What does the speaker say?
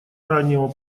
раннего